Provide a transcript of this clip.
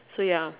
so ya